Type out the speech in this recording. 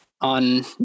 on